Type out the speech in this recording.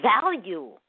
value